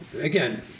again